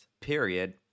period